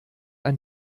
ein